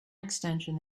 extension